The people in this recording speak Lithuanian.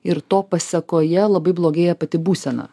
ir to pasekoje labai blogėja pati būsena